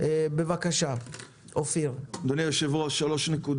אף אחד שם לא יצא לחקור בשטח אלא הוא אוסף את